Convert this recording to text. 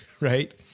right